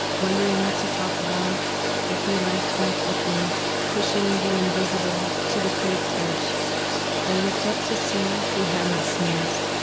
wondering what to talk about if he liked my cooking, pushing the invisible to the plate's edge i looked up to see he hadn't sneezed,